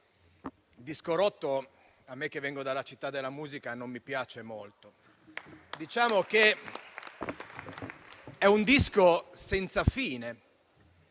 il disco rotto a me che vengo dalla città della musica non piace molto. Diciamo che è un disco senza fine.